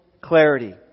clarity